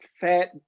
fat